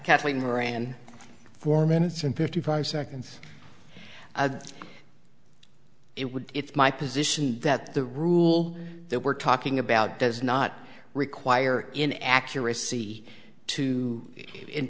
kathleen ran four minutes and fifty five seconds it would it's my position that the rule that we're talking about does not require in accuracy to